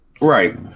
Right